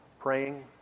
praying